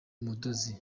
umudozi